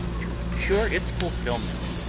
to ensure its fulfilment.